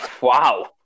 Wow